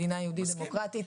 מדינה יהודית דמוקרטית.